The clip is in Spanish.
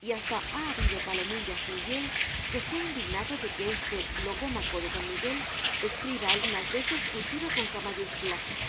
y hasta ha habido palomilla sin hiel que se ha indignado de que este logómaco de don miguel escriba algunas veces kultura con k